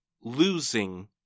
losing